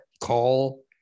call